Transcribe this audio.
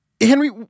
Henry